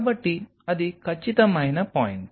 కాబట్టి అది ఖచ్చితమైన పాయింట్